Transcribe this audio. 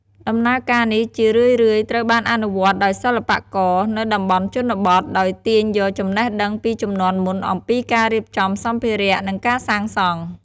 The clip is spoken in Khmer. ដំណើរការនេះជារឿយៗត្រូវបានអនុវត្តដោយសិប្បករនៅតំបន់ជនបទ ដោយទាញយកចំណេះដឹងពីជំនាន់មុនអំពីការរៀបចំសម្ភារៈ និងការសាងសង់។